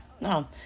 No